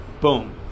Boom